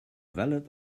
valid